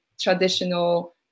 traditional